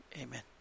amen